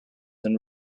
and